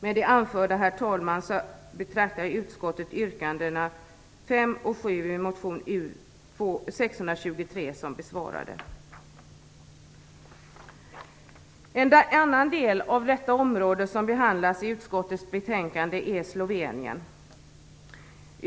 Med det anförda betraktar utskottet yrkandena 5 En annan del av detta område som behandlas i utskottets betänkande är Slovenien.